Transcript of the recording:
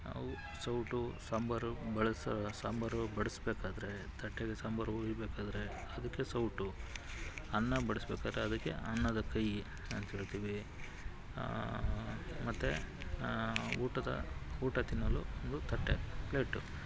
ಅವು ಸೌಟು ಸಾಂಬಾರು ಬಳಸ ಸಾಂಬಾರು ಬಡಿಸ್ಬೇಕಾದ್ರೆ ತಟ್ಟೆಗೆ ಸಾಂಬಾರು ಹುಯ್ಬೇಕಾದ್ರೆ ಅದಕ್ಕೆ ಸೌಟು ಅನ್ನಬಡಿಸ್ಬೇಕಾದ್ರೆ ಅದಕ್ಕೆ ಅನ್ನದ ಕೈ ಅಂಥೇಳ್ತೀವಿ ಮತ್ತೆ ಊಟದ ಊಟ ತಿನ್ನಲು ಒಂದು ತಟ್ಟೆ ಪ್ಲೇಟು